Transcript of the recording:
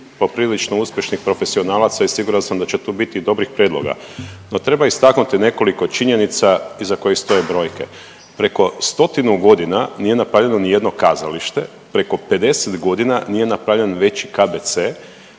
poprilično uspješnih profesionalaca i siguran sam da će tu biti dobrih prijedloga. No, treba istaknuti nekoliko činjenica iza kojih stoje brojke. Preko stotinu godinu nije napravljeno nijedno kazalište, preko 50 godina nije napravljen veći KBC,